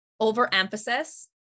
Overemphasis